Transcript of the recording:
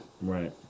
right